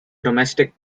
domestic